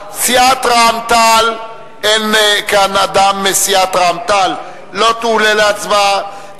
לא תועלה להצבעה.